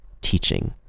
teaching